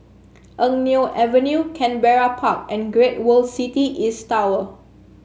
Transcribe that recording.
Eng Neo Avenue Canberra Park and Great World City East Tower